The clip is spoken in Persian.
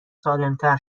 سالمتر